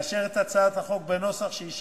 ומבקש לאשר את הצעת החוק בקריאה